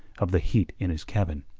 of the heat in his cabin.